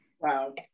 wow